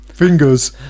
Fingers